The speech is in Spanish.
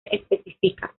especifica